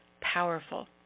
powerful